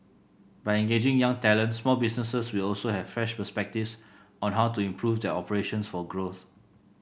by engaging young talent small businesses will also have fresh perspectives on how to improve their operations for growth